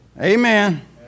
Amen